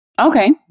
Okay